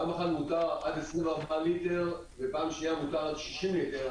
פעם אחת מותר עד 24 ליטר ופעם שנייה מותר עד 60 ליטר.